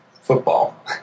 football